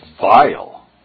vile